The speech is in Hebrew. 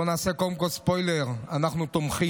בואו נעשה קודם כול ספוילר: אנחנו תומכים.